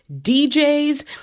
DJs